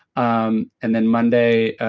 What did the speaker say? um and then monday,